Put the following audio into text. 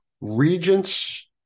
Regents